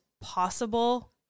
possible